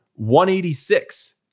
186